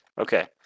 Okay